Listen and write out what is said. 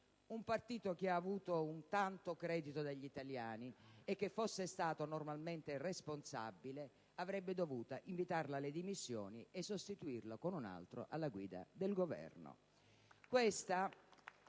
un partito che ha avuto tanto credito dagli italiani, il quale, se fosse stato normalmente responsabile, avrebbe dovuto invitarla alle dimissioni e sostituirla con un altro alla guida del Governo.